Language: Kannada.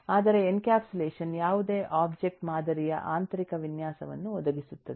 ಆದರೆ ಎನ್ಕ್ಯಾಪ್ಸುಲೇಷನ್ ಯಾವುದೇ ಒಬ್ಜೆಕ್ಟ್ ಮಾದರಿಯ ಆಂತರಿಕ ವಿನ್ಯಾಸವನ್ನು ಒದಗಿಸುತ್ತದೆ